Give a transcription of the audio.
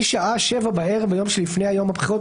(ב) משעה 7 בערב ביום שלפני יום הבחירות,